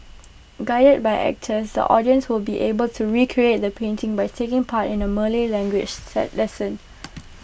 guided by actors the audience will be able to recreate the painting by taking part in A Malay languages lesson